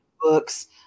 books